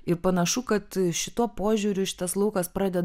ir panašu kad šituo požiūriu šitas laukas pradeda